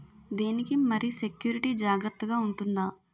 దీని కి మరి సెక్యూరిటీ జాగ్రత్తగా ఉంటుందా?